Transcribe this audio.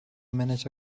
minute